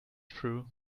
through